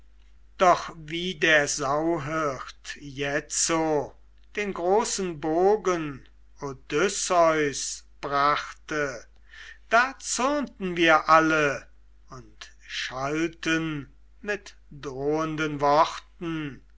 doch wie der sauhirt jetzo den großen bogen odysseus brachte da zürnten wir alle und schalten mit drohenden worten